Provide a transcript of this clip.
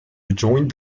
rejoined